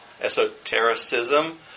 esotericism